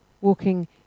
walking